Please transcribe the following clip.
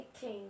King